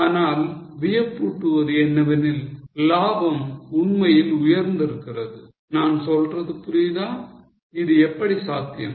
ஆனால் வியப்பூட்டுவது என்னவெனில் லாபம் உண்மையில் உயர்ந்திருக்கிறது நான் சொல்றது புரிகிறதா இது எப்படி சாத்தியம்